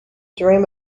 dream